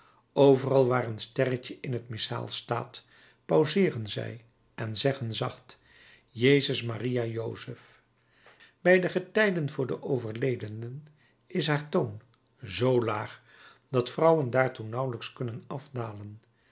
overal waar een sterretje in t missaal staat pauseeren zij en zeggen zacht jezus maria jozef bij de getijden voor de overledenen is haar toon zoo laag dat vrouwen daartoe nauwelijks kunnen afdalen